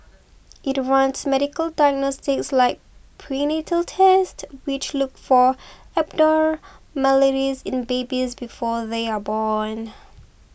it runs medical diagnostics like prenatal tests which look for abnormalities in babies before they are born